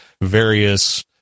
various